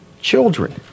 children